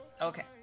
Okay